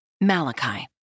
Malachi